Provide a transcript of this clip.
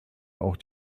auch